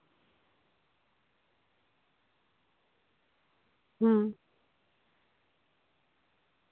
ᱦᱩᱸ